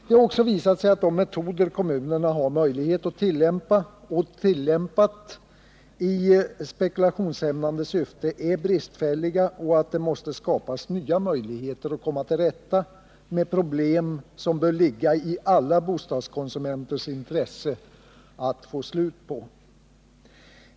Det har också visat sig att de metoder kommunerna har möjlighet att tillämpa och har tillämpat i spekulationshämmande syfte är bristfälliga och att det måste skapas nya möjligheter att komma till rätta med de problem som det bör ligga i alla bostadskonsumenters intresse att få slut på.